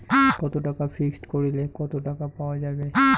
কত টাকা ফিক্সড করিলে কত টাকা পাওয়া যাবে?